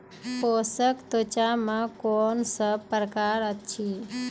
पोसक तत्व मे कून सब प्रकार अछि?